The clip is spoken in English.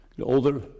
older